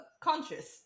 conscious